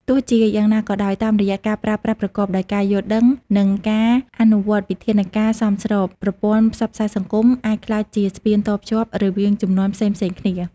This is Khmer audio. ទោះជាយ៉ាងណាក៏ដោយ តាមរយៈការប្រើប្រាស់ប្រកបដោយការយល់ដឹង និងការអនុវត្តវិធានការសមស្រប ប្រព័ន្ធផ្សព្វផ្សាយសង្គមអាចក្លាយជាស្ពានតភ្ជាប់រវាងជំនាន់ផ្សេងៗគ្នា។